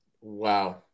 Wow